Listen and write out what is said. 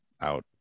out